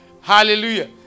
Hallelujah